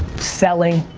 selling,